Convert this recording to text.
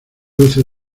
luces